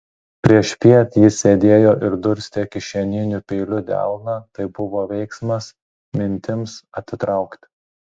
priešpiet jis sėdėjo ir durstė kišeniniu peiliu delną tai buvo veiksmas mintims atitraukti